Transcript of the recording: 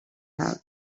have